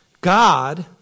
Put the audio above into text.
God